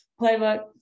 Playbook